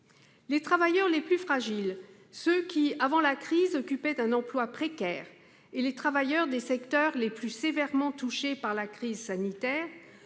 Les travailleurs les plus fragiles, ceux qui, avant la crise, occupaient un emploi précaire, et les travailleurs des secteurs le plus sévèrement touchés par la crise sanitaire,